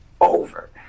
over